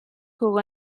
jugó